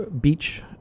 beach